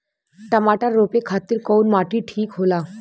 टमाटर रोपे खातीर कउन माटी ठीक होला?